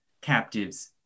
captives